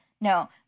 No